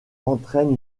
entraîne